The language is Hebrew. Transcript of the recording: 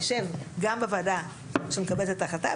צריך להבין שבסיס העניין הוא קהילתי.